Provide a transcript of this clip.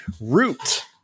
Root